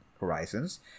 Horizons